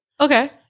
Okay